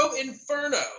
Inferno